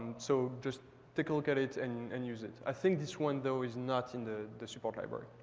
so just take a look at it and and use it. i think this one, though, is not in the the support library.